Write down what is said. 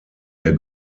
der